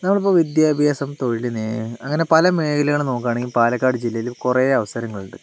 നമ്മളിപ്പോൾ വിദ്യാഭ്യാസം തൊഴിലിനെ അങ്ങനെ പല മേഖലകൾ നോക്കുകയാണെങ്കിൽ പാലക്കാട് ജില്ലയിൽ കുറേ അവസരങ്ങളുണ്ട്